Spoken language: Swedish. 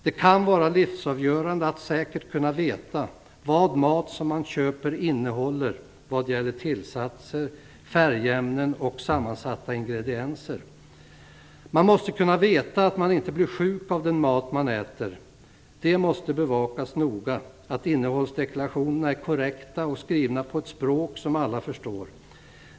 Det kan vara livsavgörande att säkert kunna veta vad mat som man köper innehåller för tillsatser, färgämnen och sammansatta ingredienser. Man måste kunna veta att man inte blir sjuk av den mat man äter. Det måste bevakas noga att innehållsdeklarationerna är korrekta och skrivna på ett språk som alla förstår.